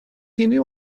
unrhyw